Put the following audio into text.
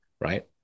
right